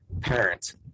parents